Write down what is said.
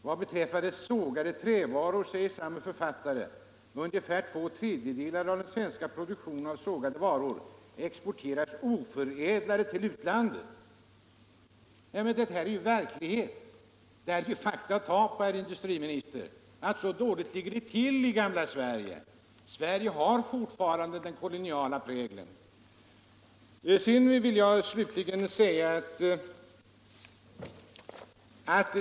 Vad beträffar sågade trävaror säger samme författare: ”Ungefär två tredjedelar av den svenska produktionen av sågade varor exporteras oförädlade till utlandet.” Detta är ju verklighet. Det är fakta att ta på, herr industriminister. Så dåligt ligger det till i gamla Sverige! Sverige har fortfarande den koloniala prägeln.